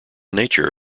nature